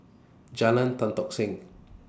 Jalan Tan Tock Seng